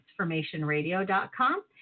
transformationradio.com